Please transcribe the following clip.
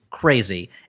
Crazy